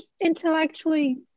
intellectually